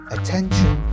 Attention